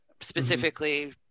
specifically